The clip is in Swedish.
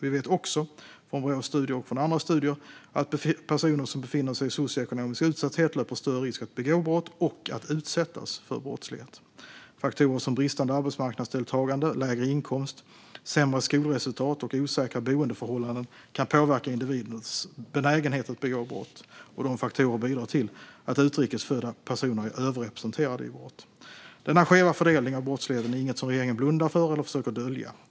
Vi vet också, från Brås studier och från andra studier, att personer som befinner sig i socioekonomisk utsatthet löper större risk att begå brott och att utsättas för brottslighet. Faktorer som bristande arbetsmarknadsdeltagande, lägre inkomst, sämre skolresultat och osäkra boendeförhållanden kan påverka individers benägenhet att begå brott. Dessa faktorer bidrar till att utrikes födda personer är överrepresenterade i brott. Denna skeva fördelning av brottsligheten är inget som regeringen blundar för eller försöker dölja.